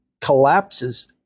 collapses